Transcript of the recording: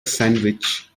sandwich